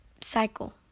cycle